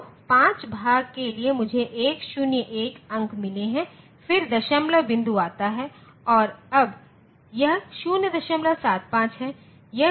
तो 5 भाग के लिए मुझे 101 अंक मिले हैं फिर दशमलव बिंदु आता है और अब यह 075 है